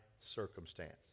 Circumstance